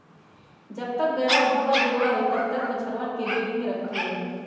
जब तक गयवा दूधवा देवा हई तब तक बछड़वन के डेयरी में रखल जाहई